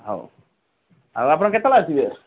ହଉ ଆଉ ଆପଣ କେତେବେଳେ ଆସିବେ